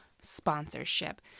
sponsorship